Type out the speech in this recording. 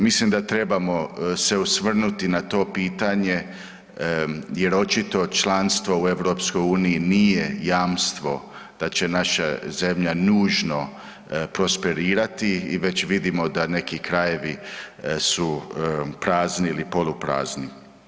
Mislim da trebamo se osvrnuti na to pitanje jer očito članstvo u EU nije jamstvo da će naša zemlja nužno prosperirati i već vidimo da neki krajevi su prazni ili polu prazni.